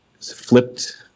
flipped